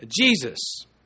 Jesus